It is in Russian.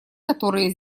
которые